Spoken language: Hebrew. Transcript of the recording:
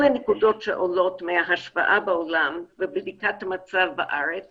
אלה נקודות שעולות מהשוואה בעולם ובדיקת המצב בארץ